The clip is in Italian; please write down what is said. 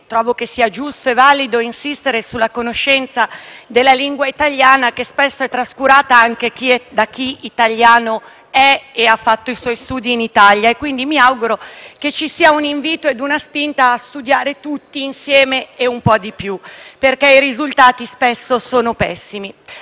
trovo sia giusto e valido insistere sulla conoscenza della lingua italiana, che spesso e trascurata anche da chi italiano è e ha fatto i suoi studi in Italia. Mi auguro, quindi, che ci sia un invito e una spinta a studiare tutti insieme e un po' di più perché i risultati spesso sono pessimi.